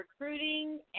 recruiting